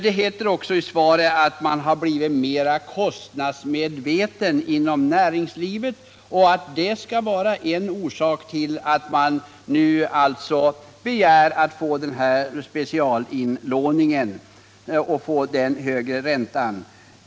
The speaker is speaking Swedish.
Det heter också i svaret att man blivit mer kostnadsmedveten inom näringslivet och att det kan vara en orsak till att man begär specialinlåning för att få den högre räntan.